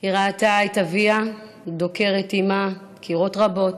היא ראתה את אביה דוקר את אימא שלה דקירות רבות,